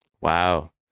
wow